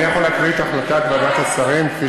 אני יכול להקריא את החלטת ועדת השרים כפי